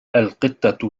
القطة